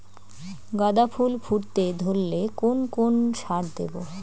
গাদা ফুল ফুটতে ধরলে কোন কোন সার দেব?